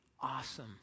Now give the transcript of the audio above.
awesome